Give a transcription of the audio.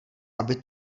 aby